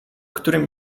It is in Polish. którym